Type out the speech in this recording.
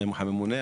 הממונה,